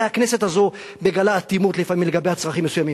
הרי הכנסת הזו מגלה אטימות לפעמים לגבי צרכים מסוימים,